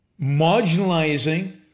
marginalizing